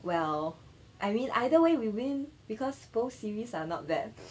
well I mean either way we win because both series are not bad